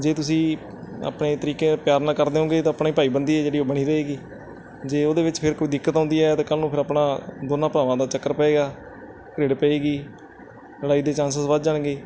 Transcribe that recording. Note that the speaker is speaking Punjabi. ਜੇ ਤੁਸੀਂ ਆਪਣੇ ਤਰੀਕੇ ਪਿਆਰ ਨਾਲ ਕਰ ਦਿਓਗੇ ਤਾਂ ਆਪਣੇ ਭਾਈ ਬੰਦੀ ਆ ਜਿਹੜੀ ਉਹ ਬਣੀ ਰਹੇਗੀ ਜੇ ਉਹਦੇ ਵਿੱਚ ਫਿਰ ਕੋਈ ਦਿੱਕਤ ਆਉਂਦੀ ਹੈ ਤਾਂ ਕੱਲ੍ਹ ਨੂੰ ਫਿਰ ਆਪਣਾ ਦੋਨਾਂ ਭਰਾਵਾਂ ਦਾ ਚੱਕਰ ਪਏਗਾ ਰਿੜ ਪਏਗੀ ਲੜਾਈ ਦੇ ਚਾਂਸਸ ਵੱਧ ਜਾਣਗੇ